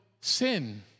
sin